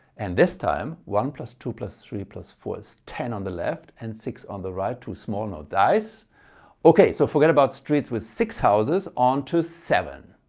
and this time one plus two plus three plus four is ten on the left and six on the right. too small, no dice okay so forget about streets with six houses. on to seven.